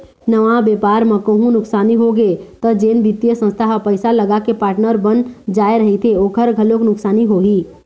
नवा बेपार म कहूँ नुकसानी होगे त जेन बित्तीय संस्था ह पइसा लगाके पार्टनर बन जाय रहिथे ओखर घलोक नुकसानी होही